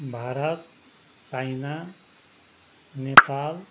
Bharat China Nepal